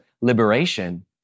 liberation